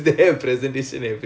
oh